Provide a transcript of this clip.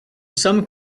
some